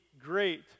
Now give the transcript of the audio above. great